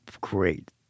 great